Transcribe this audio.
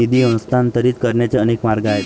निधी हस्तांतरित करण्याचे अनेक मार्ग आहेत